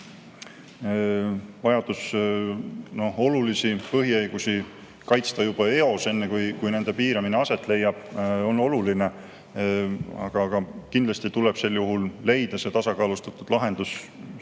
vajadus olulisi põhiõigusi kaitsta juba eos, enne kui nende piiramine aset leiab, on oluline. Aga kindlasti tuleb sel juhul leida tasakaalustatud lahendus